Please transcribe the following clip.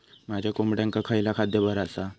माझ्या कोंबड्यांका खयला खाद्य बरा आसा?